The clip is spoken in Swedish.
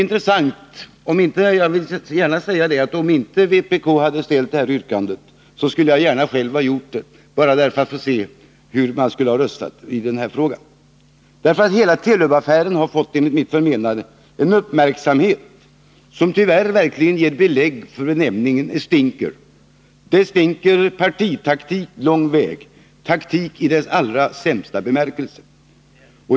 Jag vill gärna säga, att om inte vpk hade ställt det här yrkandet, skulle jag själv ha gjort det, bara för att se hur man röstar i denna fråga. Hela Telub-affären har, enligt mitt förmenande, väckt en uppmärksamhet, som tyvärr verkligen ger skäl för uttrycket ”a stinker”. Det stinker partitaktik lång väg, taktik i dess allra sämsta bemärkelse.